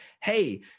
hey